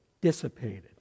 dissipated